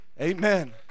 Amen